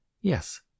Yes